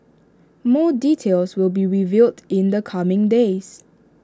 more details will be revealed in the coming days